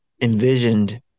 envisioned